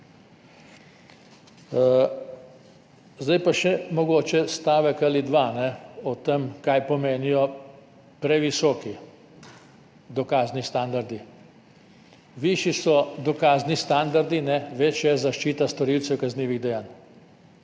Zdaj pa mogoče še stavek ali dva o tem, kaj pomenijo previsoki dokazni standardi. Višji ko so dokazni standardi, večja je zaščita storilcev kaznivih dejanj.